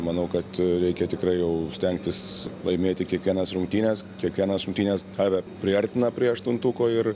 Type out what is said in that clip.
manau kad reikia tikrai jau stengtis laimėti kiekvienas rungtynes kiekvienas rungtynės tave priartina prie aštuntuko ir